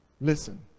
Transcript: listen